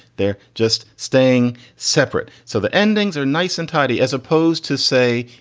they're just staying separate. so the endings are nice and tidy as opposed to, say,